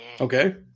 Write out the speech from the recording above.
Okay